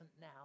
now